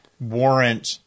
warrant